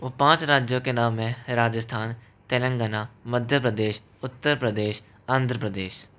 वह पाँच राज्यों के नाम हैं राजस्थान तेलंगाना मध्य प्रदेश उत्तर प्रदेश आंध्र प्रदेश